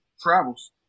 travels